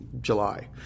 July